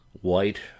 white